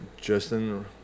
Justin